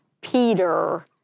Peter